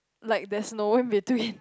like there's no in between